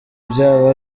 byaba